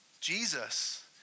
Jesus